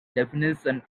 definition